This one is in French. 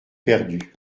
perdue